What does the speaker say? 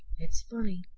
it's funny,